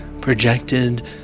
projected